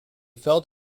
felt